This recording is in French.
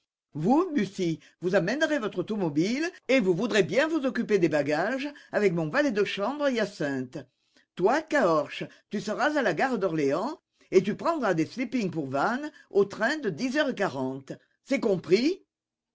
vous mussy vous amènerez votre automobile et vous voudrez bien vous occuper des bagages avec mon valet de chambre hyacinthe toi caorches tu seras à la gare d'orléans et tu prendras des sleepings pour vannes au train de dix heures quarante c'est compris